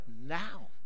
Now